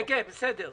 כן, בסדר.